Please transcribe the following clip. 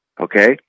okay